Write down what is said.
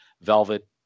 Velvet